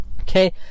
okay